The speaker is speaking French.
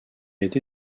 été